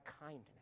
kindness